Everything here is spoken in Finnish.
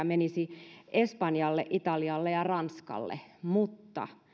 menisi espanjalle italialle ja ranskalle mutta